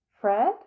Fred